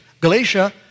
Galatia